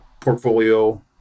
portfolio